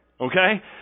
Okay